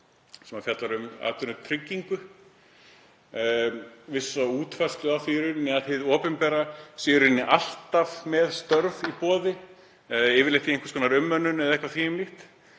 sem fjallar um atvinnutryggingu, vissa útfærslu á því að hið opinbera sé í rauninni alltaf með störf í boði, yfirleitt í einhvers konar umönnun eða eitthvað því um líkt.